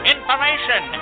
Information